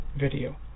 video